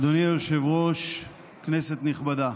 אדוני היושב-ראש, כנסת נכבדה.